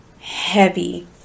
heavy